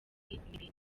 n’ibindi